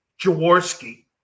Jaworski